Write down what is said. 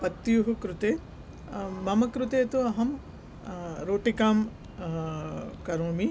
पत्युः कृते मम कृते तु अहं रोटिकां करोमि